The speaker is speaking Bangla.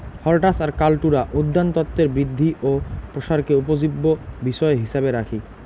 হরটাস আর কাল্টুরা উদ্যানতত্বের বৃদ্ধি ও প্রসারকে উপজীব্য বিষয় হিছাবে রাখি